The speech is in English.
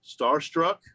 Starstruck